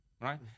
right